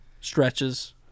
stretches